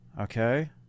okay